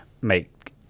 make